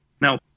Now